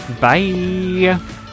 Bye